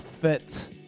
fit